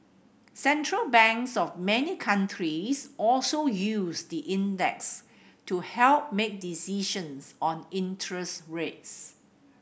Central Banks of many countries also use the index to help make decisions on interest rates